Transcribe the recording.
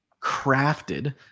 crafted